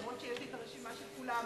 אף-על-פי שיש לי רשימה של כולם,